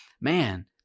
Man